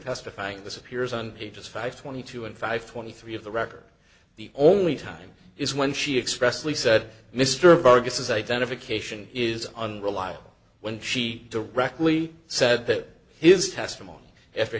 testifying this appears on pages five twenty two and five twenty three of the record the only time is when she express lee said mr vargas identification is unreliable when she directly said that his testimony after